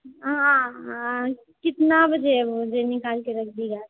हाँ हऽ कितना बजे बीज निकालिके रख दिहऽ